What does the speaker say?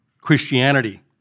Christianity